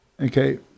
okay